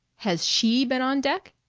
has she been on deck?